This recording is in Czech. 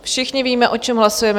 Všichni víme, o čem hlasujeme.